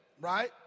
right